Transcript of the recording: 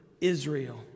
Israel